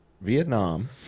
vietnam